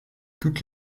toutes